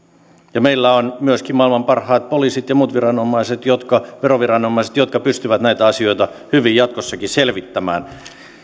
meillä on myöskin maailman parhaat poliisit ja muut viranomaiset veroviranomaiset jotka pystyvät näitä asioita hyvin jatkossakin selvittämään